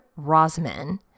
Rosman